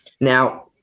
Now